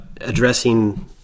addressing